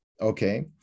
Okay